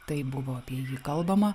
taip buvo apie jį kalbama